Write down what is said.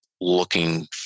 looking